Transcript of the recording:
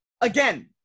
again